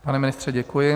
Pane ministře, děkuji.